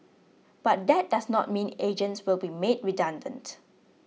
but that does not mean agents will be made redundant